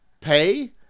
pay